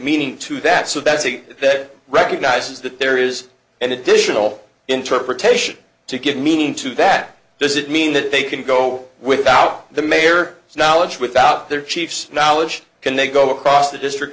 meaning to that so that's a that recognizes that there is an additional interpretation to give meaning to that this it mean that they can go without the mayor has knowledge without their chiefs knowledge can they go across the district